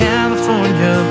California